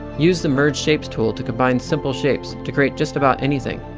use the merge shapes tool to combine simple shapes to create just about anything.